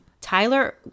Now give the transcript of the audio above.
Tyler